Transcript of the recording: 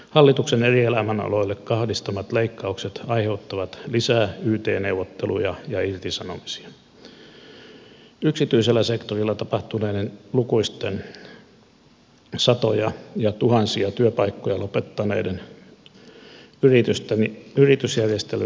hallituksen eri elämänaloille kohdistamat leikkaukset aiheuttavat lisää yt neuvotteluja ja irtisanomisia yksityisellä sektorilla tapahtuneiden lukuisten satoja ja tuhansia työpaikkoja lopettaneiden yritysten yritysjärjestelyiden lisäksi